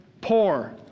poor